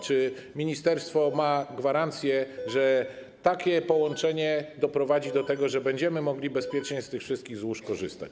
Czy ministerstwo ma gwarancje, że takie połączenie doprowadzi do tego, że będziemy mogli bezpiecznie z tych wszystkich złóż korzystać?